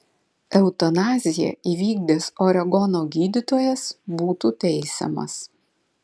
eutanaziją įvykdęs oregono gydytojas būtų teisiamas